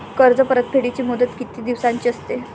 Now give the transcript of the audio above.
कर्ज परतफेडीची मुदत किती दिवसांची असते?